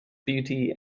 beauty